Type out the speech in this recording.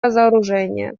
разоружение